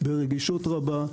ברגישות רבה,